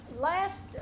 Last